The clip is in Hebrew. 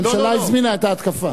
זאת אומרת, הממשלה הזמינה את ההתקפה.